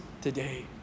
today